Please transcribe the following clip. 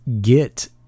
get